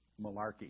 Malarkey